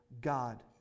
God